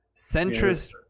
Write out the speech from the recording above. centrist